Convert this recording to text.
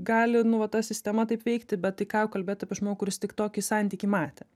gali nu va ta sistema taip veikti bet tai ką jau kalbėt apie žmogų kuris tik tokį santykį matė